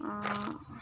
অঁ